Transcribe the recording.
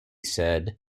said